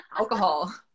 alcohol